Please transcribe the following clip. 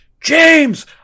James